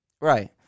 Right